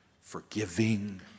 forgiving